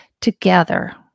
together